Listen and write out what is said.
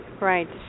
right